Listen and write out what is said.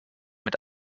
mit